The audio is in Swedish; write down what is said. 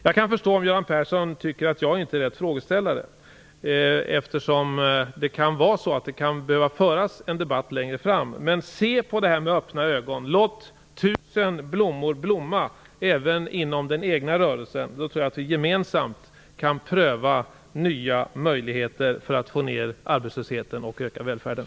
Jag kan förstå om Göran Persson tycker att jag inte är rätt frågeställare, eftersom det kan behöva föras en debatt längre fram. Men se på det här med öppna ögon. Låt tusen blommor blomma även inom den egna rörelsen. Då tror jag att vi gemensamt kan pröva nya möjligheter för att få ned arbetslösheten och öka välfärden.